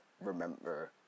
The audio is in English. remember